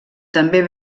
també